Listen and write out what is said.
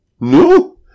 No